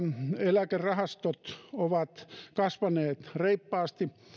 eläkerahastot ovat kasvaneet reippaasti